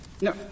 No